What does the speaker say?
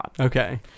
Okay